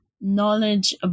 knowledge